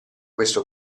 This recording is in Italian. questo